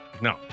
No